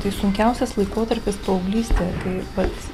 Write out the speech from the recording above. tai sunkiausias laikotarpis paauglystė kai pats